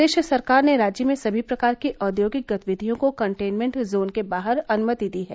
प्रदेश सरकार ने राज्य में सभी प्रकार की औद्योगिक गतिविधियों को कंटेनमेन्ट जोन के बाहर अनुमति दी है